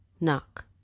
knock